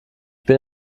bin